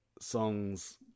Songs